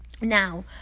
now